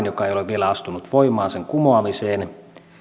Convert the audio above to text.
joka ei ole vielä astunut voimaan kumoamiseen